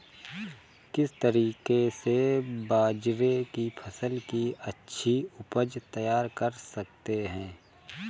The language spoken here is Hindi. किस तरीके से बाजरे की फसल की अच्छी उपज तैयार कर सकते हैं?